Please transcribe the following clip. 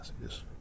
messages